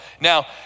Now